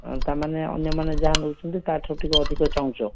ତା'ମାନେ ଅନ୍ୟମାନେ ଯାହା ନେଉଛନ୍ତି ତା'ଠାରୁ ଟିକିଏ ଅଧିକ ଚାହୁଁଛ